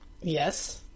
yes